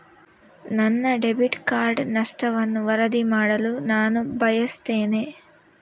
ನನ್ನ debit card ನಷ್ಟವನ್ನು ವರದಿ ಮಾಡಲು ನಾನು ಬಯಸ್ತೆನೆ